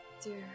dear